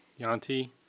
Yanti